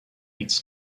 its